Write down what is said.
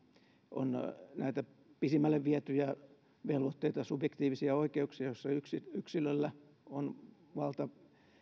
on näitä pisimmälle vietyjä velvoitteita subjektiivisia oikeuksia joista yksilöllä on valta